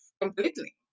completely